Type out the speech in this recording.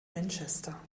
manchester